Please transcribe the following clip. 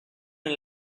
and